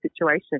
situation